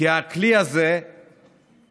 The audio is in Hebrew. כי הכלי הזה נראה